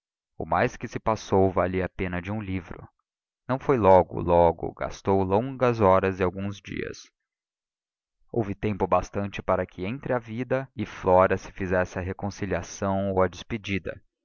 o mais que se passou valia a pena de um livro não foi logo logo gastou longas horas e alguns dias houve tempo bastante para que entre a vida e flora se fizesse a reconciliação ou a despedida